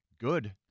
good